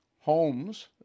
homes